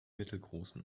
mittelgroßen